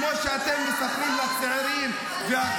כמו שאתם מספרים לצעירים -- עבר